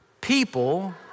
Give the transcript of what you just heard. People